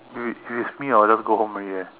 with with me or you never go home already eh